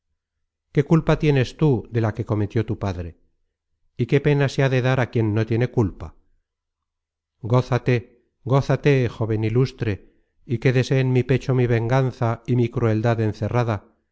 qué culpa tienes tú de la que cometió tu padre y qué pena se ha de dar a quien no tiene culpa gózate gózate jóven ilustre y quédese en mi pecho mi venganza y mi crueldad encerrada